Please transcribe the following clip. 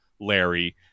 Larry